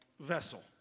vessel